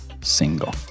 single